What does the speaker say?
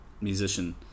musician